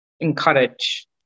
encourage